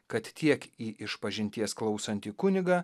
kad tiek į išpažinties klausantį kunigą